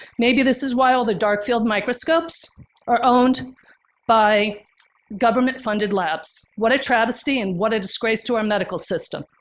maybe this is why all the dark-field microscopes are owned by government-funded labs. what a travesty and what a disgrace to our medical system.